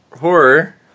horror